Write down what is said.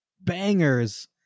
bangers